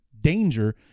danger